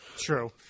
True